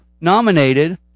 nominated